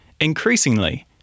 increasingly